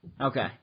Okay